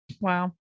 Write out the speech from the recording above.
Wow